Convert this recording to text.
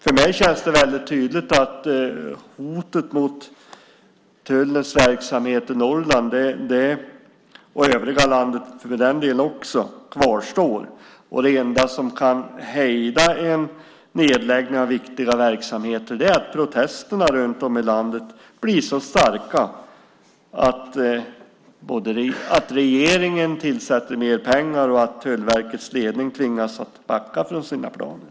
För mig känns det väldigt tydligt att hotet mot tullens verksamhet i Norrland, och övriga landet för den delen, kvarstår. Det enda som kan hejda en nedläggning av viktiga verksamheter är att protesterna runt om i landet blir så starka att regeringen tillsätter mer pengar och att Tullverkets ledning tvingas att backa från sina planer.